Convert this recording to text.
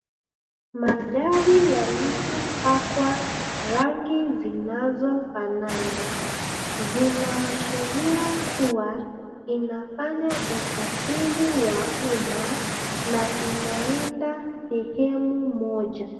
Magari yaliyopakwa rangi zinazofanana, zinaashiria kuwa inafanya usafiri wa umma na inaenda sehemu moja.